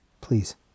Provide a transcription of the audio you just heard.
please